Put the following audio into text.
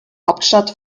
hauptstadt